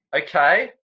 Okay